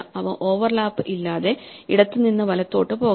അവ ഓവർലാപ്പ് ഇല്ലാതെ ഇടത്തു നിന്ന് വലത്തോട്ട് പോകണം